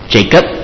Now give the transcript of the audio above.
Jacob